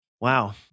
Wow